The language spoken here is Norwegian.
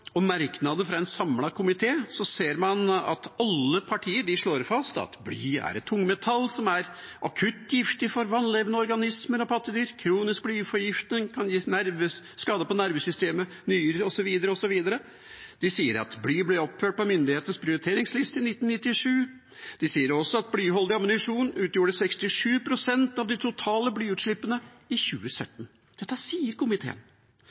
og merknader fra en samlet komité, ser man at alle partier slår fast at bly er et tungmetall som er akutt giftig for vannlevende organismer og pattedyr, at kronisk blyforgiftning kan gi skade på nervesystemet, nyrer osv. De sier at bly ble oppført på myndighetenes prioritetsliste i 1997. De sier også at blyholdig ammunisjon utgjorde 67 pst. av de totale blyutslippene i 2017. Dette sier komiteen.